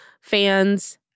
fans